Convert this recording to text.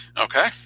Okay